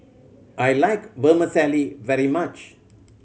I like Vermicelli very much